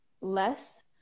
less